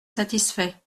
satisfait